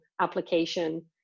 application